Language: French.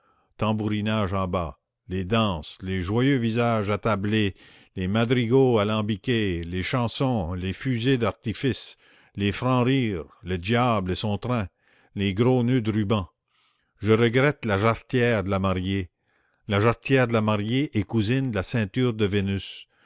tambourinage en bas les danses les joyeux visages attablés les madrigaux alambiqués les chansons les fusées d'artifice les francs rires le diable et son train les gros noeuds de rubans je regrette la jarretière de la mariée la jarretière de la mariée est cousine de la ceinture de vénus